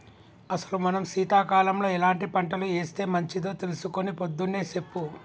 అసలు మనం సీతకాలంలో ఎలాంటి పంటలు ఏస్తే మంచిదో తెలుసుకొని పొద్దున్నే సెప్పు